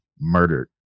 murdered